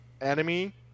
enemy